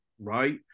Right